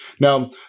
Now